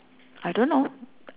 I don't know